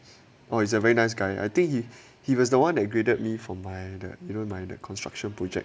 oh is a very nice guy I think he he was the [one] that graded me from my that you know my that construction project